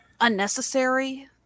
unnecessary